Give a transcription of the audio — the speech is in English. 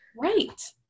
Right